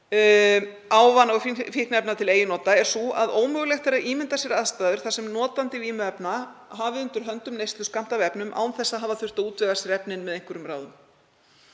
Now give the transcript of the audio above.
ávana- og fíkniefna til eigin nota, er sú að ómögulegt er að ímynda sér aðstæður þar sem notandi vímuefna hafi undir höndum neysluskammta af efnum án þess að hafa þurft að útvega sér efnin með einhverjum ráðum.